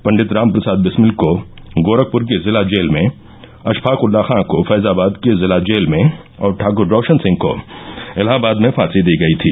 पण्डित रामप्रसाद बिस्मिल को गोरखपुर की जिला जेल में अशफाकउल्लाह खॉ को फैजाबाद की जिला जेल में और ठाक्र रौशन सिंह को इलाहाबाद में फॉसी दी गयी थी